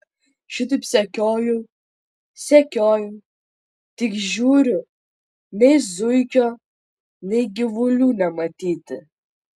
šitaip sekiojau sekiojau tik žiūriu nei zuikio nei gyvulių nematyti